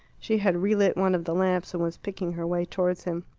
she had relit one of the lamps, and was picking her way towards him.